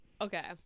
Okay